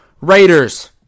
Raiders